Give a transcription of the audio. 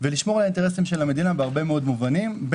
ולשמור על האינטרסים של המדינה בהרבה מאוד מובנים,